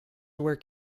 were